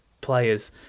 players